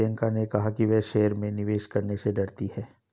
प्रियंका ने कहा कि वह शेयर में निवेश करने से डरती है